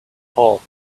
hole